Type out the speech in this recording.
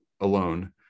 alone